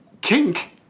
kink